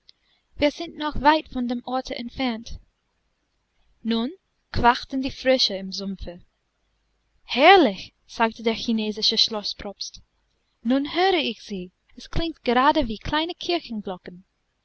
wir sind noch weit von dem orte entfernt nun quakten die frösche im sumpfe herrlich sagte der chinesische schloßpropst nun höre ich sie es klingt gerade wie kleine kirchenglocken